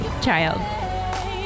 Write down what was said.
child